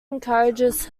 encourages